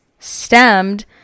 stemmed